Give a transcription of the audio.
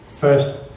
first